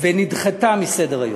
ונדחתה מסדר-היום.